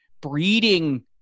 breeding